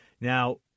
Now